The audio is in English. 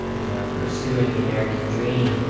and you know pursuing the american dream,